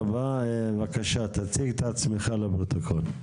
בבקשה, תציג את עצמך לפרוטוקול.